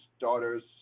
daughters